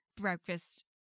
Breakfast